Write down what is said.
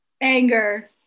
anger